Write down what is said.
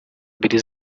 mbiri